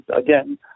again